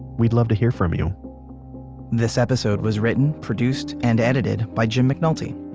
we'd love to hear from you this episode was written, produced and edited by jim mcnulty.